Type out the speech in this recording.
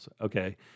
Okay